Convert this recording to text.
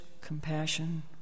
compassion